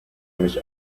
mich